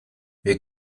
wir